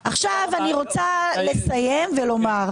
לסיום,